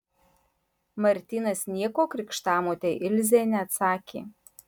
martynas nieko krikštamotei ilzei neatsakė